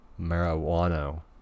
Marijuana